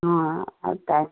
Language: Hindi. हाँ आज टाइम